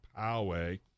Poway